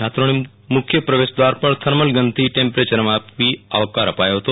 છાત્રોને મૂખ્ય પ્રવેશ દવાર પર થર્મલગનથી ટેમ્પરેચર માપી આવકાર અપાયો હતો